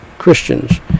Christians